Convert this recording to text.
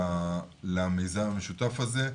למיזם המשותף הזה,